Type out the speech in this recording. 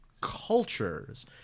cultures